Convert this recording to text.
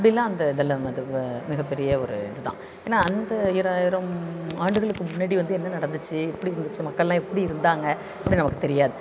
அப்படிலாம் அந்த இதில் வந்து வ மிகப்பெரிய ஒரு இது தான் ஏன்னா அந்த ஈராயிரம் ஆண்டுகளுக்கு முன்னாடி வந்து என்ன நடந்துச்சு எப்படி இருந்துச்சு மக்கள் எல்லாம் எப்படி இருந்தாங்க அப்படி நமக்கு தெரியாது